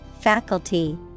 faculty